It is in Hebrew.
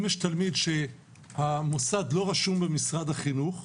אם יש תלמיד שהמוסד לא רשום במשרד החינוך,